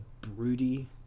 broody